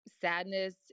sadness